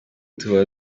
tuba